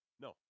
No